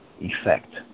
effect